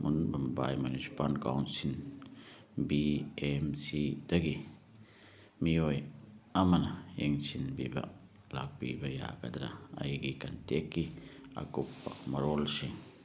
Mumbai municipal council B M ꯁꯤꯗꯒꯤ ꯃꯤꯑꯣꯏ ꯑꯃꯅ ꯌꯦꯡꯁꯤꯟꯕꯤꯕ ꯂꯥꯛꯄꯤꯕ ꯌꯥꯒꯗ꯭ꯔꯥ ꯑꯩꯒꯤ ꯀꯟꯇꯦꯛꯀꯤ ꯑꯀꯨꯞꯄ ꯃꯔꯣꯜꯁꯤꯡ